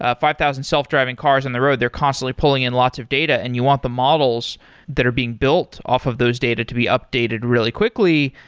ah five thousand self-driving cars on the road, they're constantly pulling in lots of data and you want the models that are being built off of those data to be updated really quickly.